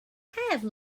have